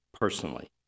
personally